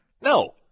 No